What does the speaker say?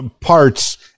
parts